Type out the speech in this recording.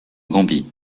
gambie